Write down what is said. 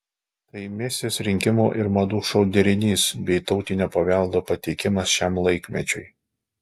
tai misis rinkimų ir madų šou derinys bei tautinio paveldo pateikimas šiam laikmečiui